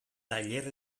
tailer